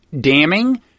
damning